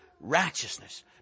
righteousness